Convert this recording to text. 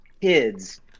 kids